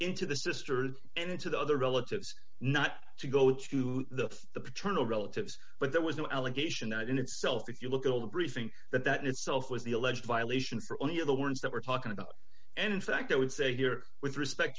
into the sisters and into the other relatives not to go to the paternal relatives but there was an allegation that in itself if you look at the briefing that that in itself was the alleged violation for any of the ones that we're talking about and in fact i would say here with respect